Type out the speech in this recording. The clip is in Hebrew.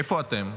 איפה אתם?